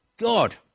God